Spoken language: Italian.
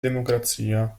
democrazia